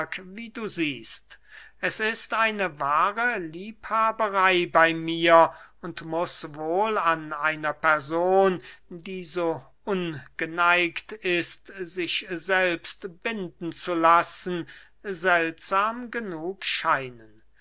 wie du siehst es ist eine wahre liebhaberey bey mir und muß wohl an einer person die so ungeneigt ist sich selbst binden zu lassen seltsam genug scheinen